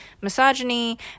misogyny